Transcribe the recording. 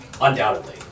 undoubtedly